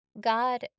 God